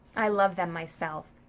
i love them myself.